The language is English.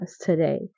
today